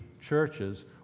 churches